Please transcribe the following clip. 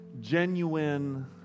Genuine